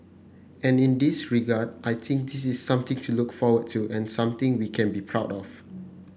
and in this regard I think this is something to look forward to and something we can be proud of